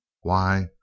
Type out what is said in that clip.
Why